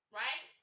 right